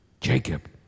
Jacob